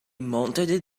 mounted